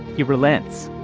he relents